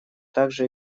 также